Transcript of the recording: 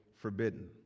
forbidden